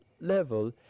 level